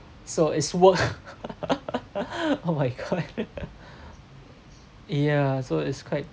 so it's work oh my god yeah so it's quite